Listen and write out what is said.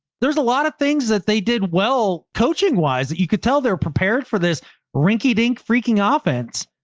there's a lot of things that they did well, coaching wise, that you could tell they're prepared for this rinky-dink freaking ah offense,